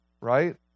right